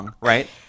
right